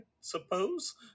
suppose